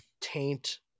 Taint